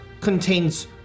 contains